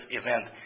event